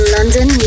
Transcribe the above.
London